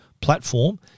platform